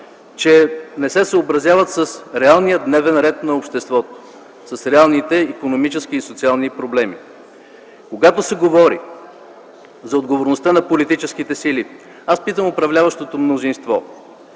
че не се съобразяват с реалния дневен ред на обществото, с реалните икономически и социални проблеми. Когато се говори за отговорността на политическите сили, питам управляващото мнозинство: